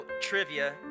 trivia